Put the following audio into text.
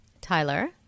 Tyler